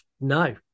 no